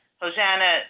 Hosanna